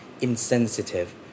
insensitive